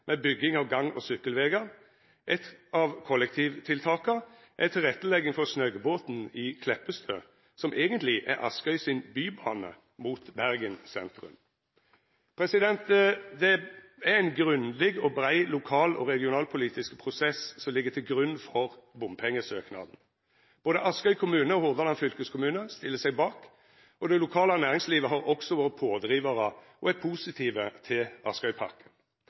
med bygging av gang- og sykkelvegar. Eitt av kollektivtiltaka er tilrettelegging for snøggbåten i Kleppestø, som eigentleg er Askøy si «bybane» mot Bergen sentrum. Det er ein grundig og brei lokal- og regionalpolitisk prosess som ligg til grunn for bompengesøknaden. Både Askøy kommune og Hordaland fylkeskommune stiller seg bak, og det lokale næringslivet har også vore pådrivarar og er positive til